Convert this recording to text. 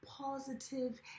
positive